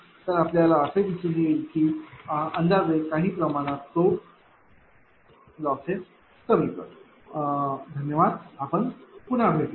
तर आपल्याला असे दिसून येईल की अंदाजे काही प्रमाणात तो लॉसेस कमी करतो धन्यवाद आपण पुन्हा भेटूया